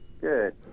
Good